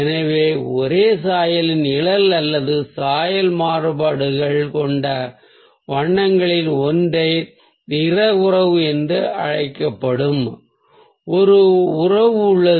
எனவே ஒரே சாயலின் நிழல் அல்லது சாயல் மாறுபாடுகள் கொண்ட வண்ணங்களின் ஒற்றை நிற உறவு என்று அழைக்கப்படும் ஒரு உறவு உள்ளது